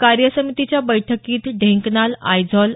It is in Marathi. कार्यसमितीच्या बैठकीत ढेंकनाल आयझॉल